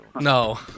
No